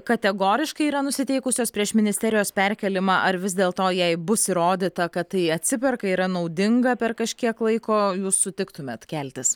kategoriškai yra nusiteikusios prieš ministerijos perkėlimą ar vis dėlto jei bus įrodyta kad tai atsiperka yra naudinga per kažkiek laiko jūs sutiktumėt keltis